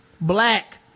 black